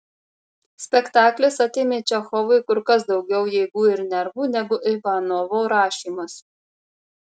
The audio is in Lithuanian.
spektaklis atėmė čechovui kur kas daugiau jėgų ir nervų negu ivanovo rašymas